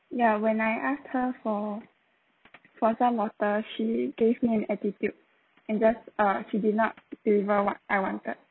ya when I asked her for for some water she gave me an attitude and just uh she did not deliver what I wanted